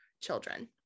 children